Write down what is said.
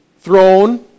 throne